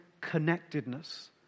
connectedness